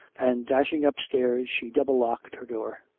and dashing upstairs she double-locked her door.